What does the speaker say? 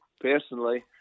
personally